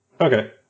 okay